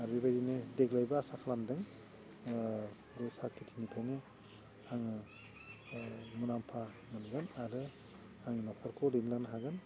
आरो बेबायदिनो देग्लायबो आसा खालामदों बे साहा खेथिनिफ्रानो आङो मुलाम्फा मोनगोन आरो आंनि नख'रखौ दैदेनलांनो हागोन